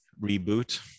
reboot